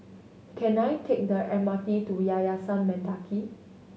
can I take the M R T to Yayasan Mendaki